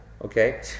okay